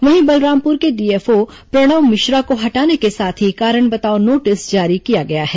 वहीं बलरामपुर के डीएफओ प्रणव मिश्रा को हटाने के साथ ही कारण बताओ नोटिस जारी किया गया है